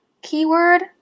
Keyword